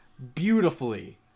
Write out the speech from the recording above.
Beautifully